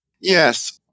Yes